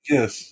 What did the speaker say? Yes